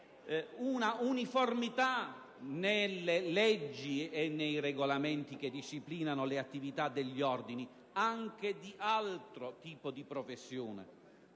una uniformità nelle leggi e nei regolamenti che disciplinano le attività degli ordini anche di altro tipo di professione.